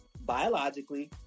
biologically